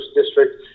District